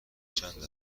چند